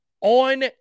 on